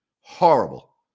horrible